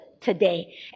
today